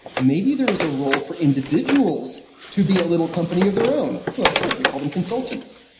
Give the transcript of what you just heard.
maybe there is a role for individuals to be a little company of their own. well, sure, we call them consultants.